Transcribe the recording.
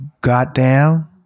Goddamn